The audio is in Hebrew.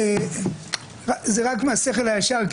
זה רק מהשכל הישר,